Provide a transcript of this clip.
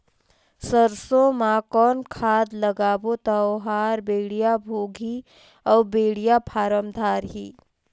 सरसो मा कौन खाद लगाबो ता ओहार बेडिया भोगही अउ बेडिया फारम धारही?